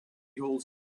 holds